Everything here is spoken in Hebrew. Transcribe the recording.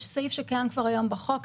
יש סעיף שקיים כבר היום בחוק,